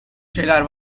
şeyler